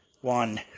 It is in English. one